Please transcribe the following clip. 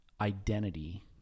identity